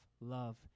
love